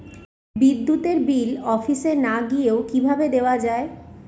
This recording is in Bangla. বিদ্যুতের বিল অফিসে না গিয়েও কিভাবে দেওয়া য়ায়?